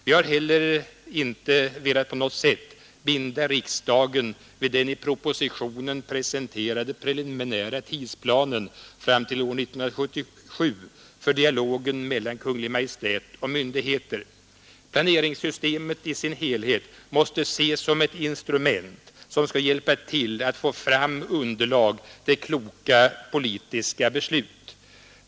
Vi har heller inte velat på något sätt binda riksdagen vid den i propositionen presenterade preliminära tidsplanen fram till år 1977 för dialogen mellan Kungl. Maj:t och myndigheter. Planeringssystemet i sin helhet måste ses som ett instrument, som skall hjälpa till att få fram underlag till kloka politiska beslut.